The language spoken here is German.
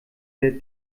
der